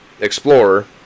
explorer